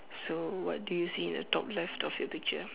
so what do you see in the top left of your picture